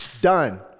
done